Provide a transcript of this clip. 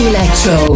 Electro